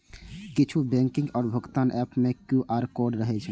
किछु बैंकिंग आ भुगतान एप मे क्यू.आर कोड रहै छै